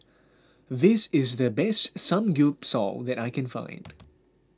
this is the best Samgyeopsal that I can find